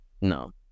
No